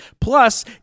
Plus